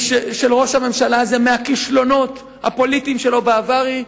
של ראש הממשלה מהכישלונות הפוליטיים שלו בעבר היא,